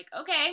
okay